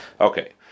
Okay